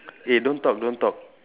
eh don't talk don't talk